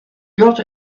got